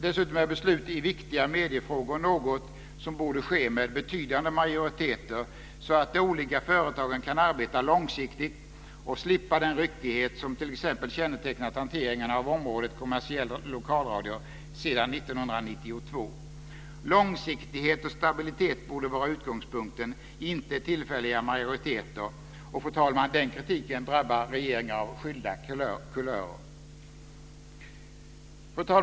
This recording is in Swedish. Dessutom är beslut i viktiga mediefrågor något som borde ske med betydande majoriteter, så att de olika företagen kan arbeta långsiktigt och slippa den ryckighet som t.ex. kännetecknat hanteringen av området kommersiell lokalradio sedan 1992. Långsiktighet och stabilitet borde vara utgångspunkten, inte tillfälliga majoriteter. Fru talman! Den kritiken drabbar regeringar av skilda kulörer.